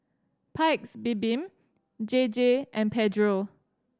Paik's Bibim J J and Pedro